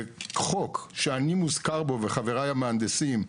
וחוק שאני מוזכר בו וחבריי המהנדסים,